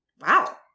wow